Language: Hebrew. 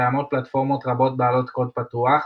קיימות פלטפורמות רבות בעלות קוד פתוח,